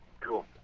Cool